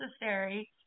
necessary